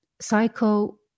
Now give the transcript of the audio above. Psycho